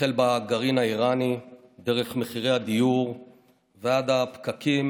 החל בגרעין האיראני, דרך מחירי הדיור ועד הפקקים